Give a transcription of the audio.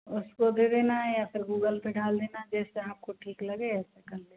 उसको दे देना या फिर गूगल पे डाल देना जैसा आपको ठीक लगे वैसा कर लेना